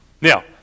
Now